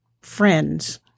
friends